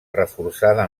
reforçada